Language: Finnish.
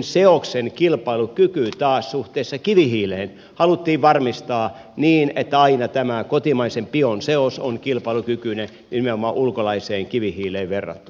seoksen kilpailukyky taas suhteessa kivihiileen haluttiin varmistaa niin että aina tämä kotimaisen bion seos on kilpailukykyinen nimenomaan ulkolaiseen kivihiileen verrattuna